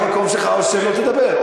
תשב במקום שלך או שלא תדבר.